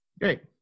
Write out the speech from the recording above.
Great